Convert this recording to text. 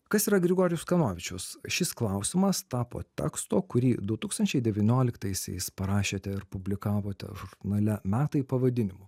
kas yra grigorijus kanovičius šis klausimas tapo teksto kurį du tūkstančiai devynioliktaisiais parašėte ir publikavote žurnale metai pavadinimu